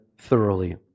thoroughly